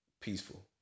peaceful